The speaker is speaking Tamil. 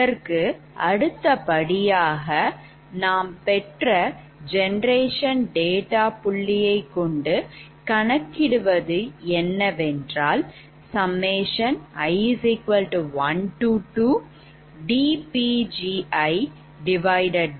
இதற்கு அடுத்தபடியாக நாம் பெற்ற generation data புள்ளியை கொண்டு கணக்கிடுவது என்ன வென்றால் i12dPgidʎ20